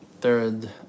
Third